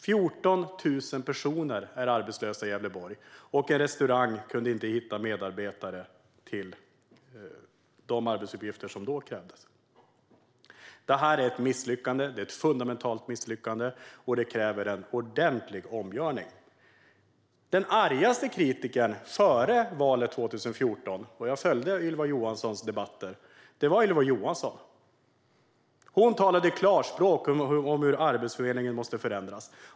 14 000 personer är arbetslösa i Gävleborg, och en restaurang kunde inte hitta de medarbetare som då krävdes. Det här är ett misslyckande, ett fundamentalt misslyckande. Det krävs en ordentlig omgörning. Den argaste kritikern före valet 2014 var Ylva Johansson. Jag följde hennes debatter. Hon talade klarspråk om att Arbetsförmedlingen måste förändras.